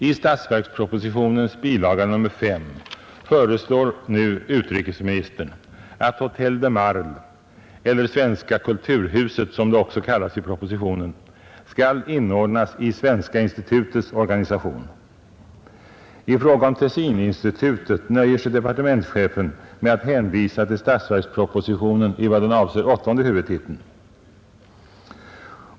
I statsverkspropositionens bilaga 5 föreslår utrikesministern nu att Hötel de Marle — eller Svenska kulturhuset som det också kallas i propositionen — skall inordnas i Svenska institutets organisation. I fråga om Tessininstitutet nöjer sig departementschefen med att hänvisa till statsverkspropositionen i vad den avser åttonde huvudtiteln.